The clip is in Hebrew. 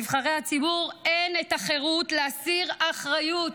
נבחרי הציבור, אין את החירות להסיר אחריות.